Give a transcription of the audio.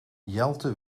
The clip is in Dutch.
jelte